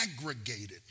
aggregated